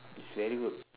is very good